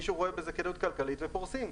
מישהו רואה בזה כדאיות כלכלית פורסים.